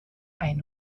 ein